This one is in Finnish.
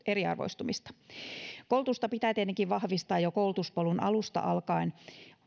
eriarvoistumista koulutusta pitää tietenkin vahvistaa jo koulutuspolun alusta alkaen